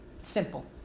Simple